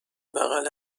بغل